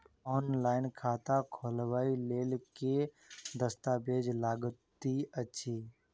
Online खाता खोलबय लेल केँ दस्तावेज लागति अछि?